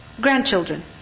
Grandchildren